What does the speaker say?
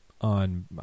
on